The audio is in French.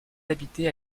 habité